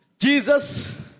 Jesus